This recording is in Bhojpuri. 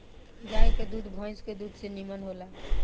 गाय के दूध भइस के दूध से निमन होला